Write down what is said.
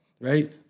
Right